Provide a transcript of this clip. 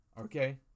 Okay